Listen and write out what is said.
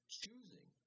choosing